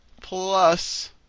plus